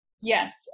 Yes